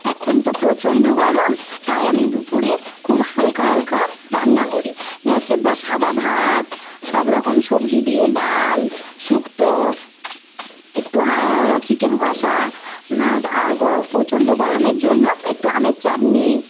এখন তো প্রচন্ড গরম তাই আমি দুপুরে খুব হালকা হালকা রান্না করি যেমন হচ্ছে সাদা ভাত সবরকম সবজি দিয়ে ডাল শুক্তো একটু চিকেন কষা প্রচন্ড গরমের জন্য একটু আমের চাটনি